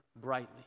brightly